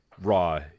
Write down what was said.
raw